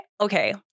okay